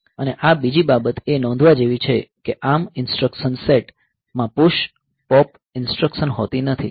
અને આ બીજી બાબત એ નોંધવા જેવી છે કે ARM ઇન્સટ્રકશન સેટ માં PUSH POP ઇન્સટ્રકશન હોતી નથી